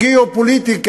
גיאו-פוליטי,